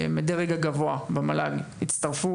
מהדרג הגבוה במל"ג יצטרפו,